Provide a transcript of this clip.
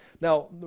Now